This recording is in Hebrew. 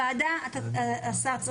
השר, צריך?